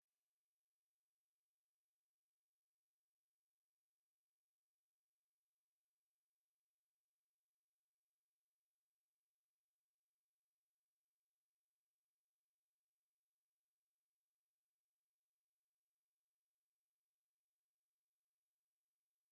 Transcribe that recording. Ishuri ryubatse mu buryo bw'igorofa rifite imiryango myinshi. Ubu ni bwo buryo bugezweho leta yashizeho bwo kubaka uzamuka mu buryo bwo kudatwara ubutaka bunini kandi wakabaye ujya hejuru kandi ibyo ushaka bikahajya kandi ku butaka buto. Ni ukuri nanjye ibi ndabishyigikiye cyane.